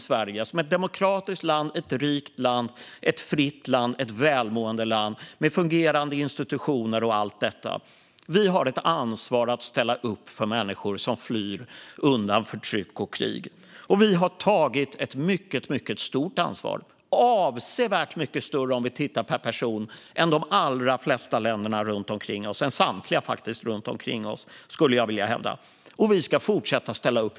Som ett demokratiskt, rikt, fritt och välmående land med fungerande institutioner har Sverige ett ansvar att ställa upp för människor som flyr undan förtryck och krig. Vi har också tagit ett mycket stort ansvar. Om vi tittar per person har vi tagit ett avsevärt mycket större ansvar än de allra flesta länder runt omkring oss - än samtliga länder runt omkring oss, skulle jag faktiskt vilja hävda. Och vi ska fortsätta ställa upp.